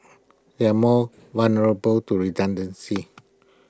they are more vulnerable to redundancy